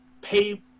pay